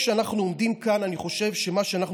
כשאנחנו עומדים כאן אני חושב שמה שאנחנו